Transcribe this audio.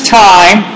time